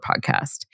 podcast